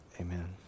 Amen